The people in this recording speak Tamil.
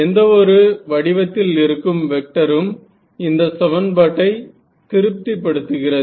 எந்த ஒரு வடிவத்தில் இருக்கும் வெக்டரும் இந்த சமன்பாட்டை திருப்தி படுத்துகிறது